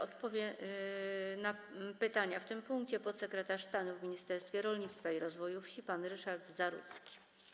Odpowie na pytania w tym punkcie podsekretarz stanu w Ministerstwie Rolnictwa i Rozwoju Wsi pan Ryszard Zarudzki.